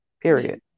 Period